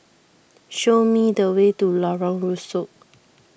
show me the way to Lorong Rusuk